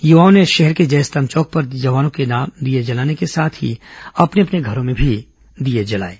युवाओं ने शहर के जयस्तंभ चौक पर जवानों के नाम दीये जलाने के साथ ही अपने अपने घरों में भी दीये जलाएं